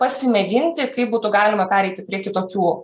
pasimėginti kaip būtų galima pereiti prie kitokių